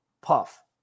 puff